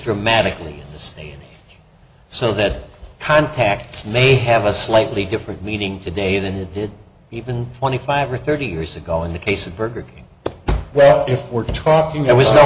dramatically the state so that contacts may have a slightly different meaning today than it did even twenty five or thirty years ago in the case of burger king well if we're talking